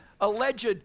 Alleged